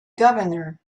governor